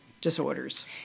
disorders